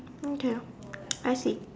me too I see